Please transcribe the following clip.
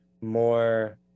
more